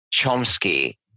Chomsky